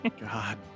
God